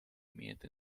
имеют